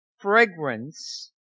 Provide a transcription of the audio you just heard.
fragrance